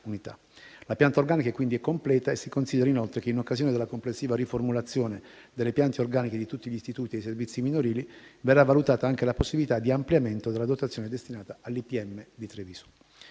unità. La pianta organica è quindi completa. Si consideri inoltre che, in occasione della complessiva riformulazione delle piante organiche di tutti gli istituti e servizi minorili, verrà valutata anche la possibilità di ampliamento della dotazione destinata all'IPM di Treviso.